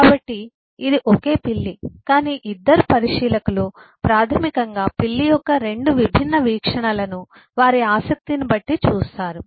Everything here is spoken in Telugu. కాబట్టి ఇది ఒకే పిల్లి కానీ ఇద్దరు పరిశీలకులు ప్రాథమికంగా పిల్లి యొక్క 2 విభిన్న వీక్షణలను వారి ఆసక్తిని బట్టి చూస్తారు